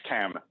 cam